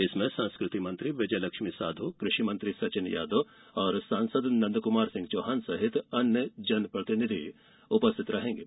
इसमें मुख्य संस्कृति मंत्री विजयलक्ष्मी साधौ कृषि मंत्री सचिन यादव सांसद नंदकुमारसिंह चौहान सहित अन्य जनप्रतिनिधि उपस्थित रहेंगे